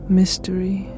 mystery